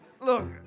look